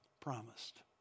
promised